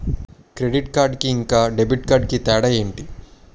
Credit card కి ఇంకా debit card కి తేడా ఏంటి?